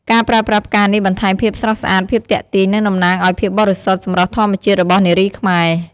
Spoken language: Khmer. ការប្រើប្រាស់ផ្កានេះបន្ថែមភាពស្រស់ស្អាត ភាពទាក់ទាញ និងតំណាងឱ្យភាពបរិសុទ្ធ សម្រស់ធម្មជាតិរបស់នារីខ្មែរ។